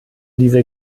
diese